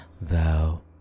thou